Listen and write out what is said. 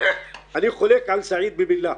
אני חולק על סעיד במילה,